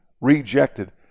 rejected